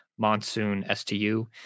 monsoonstu